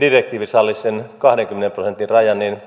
direktiivi sallisi sen kahdenkymmenen prosentin rajan niin